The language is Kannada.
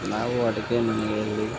ನಾವು ಅಡುಗೆ ಮನೆಯಲ್ಲಿ